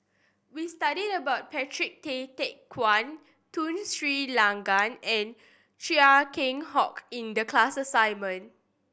we studied about Patrick Tay Teck Guan Tun Sri Lanang and Chia Keng Hock in the class assignment